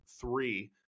three